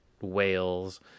whales